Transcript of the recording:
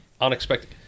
unexpected